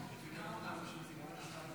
אני מודיע שהצעת חוק להסדרת אירוע